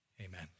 Amen